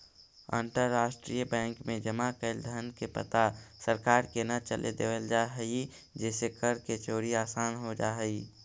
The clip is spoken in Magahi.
अंतरराष्ट्रीय बैंक में जमा कैल धन के पता सरकार के न चले देवल जा हइ जेसे कर के चोरी आसान हो जा हइ